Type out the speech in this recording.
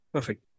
Perfect